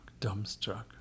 dumbstruck